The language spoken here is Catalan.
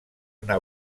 una